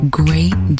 great